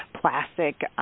plastic